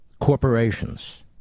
corporations